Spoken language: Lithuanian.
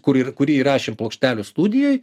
kur ir kurį įrašėm plokštelių studijoj